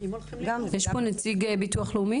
יש פה נציג של הביטוח הלאומי?